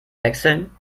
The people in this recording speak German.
wechseln